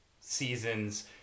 seasons